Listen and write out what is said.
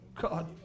God